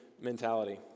mentality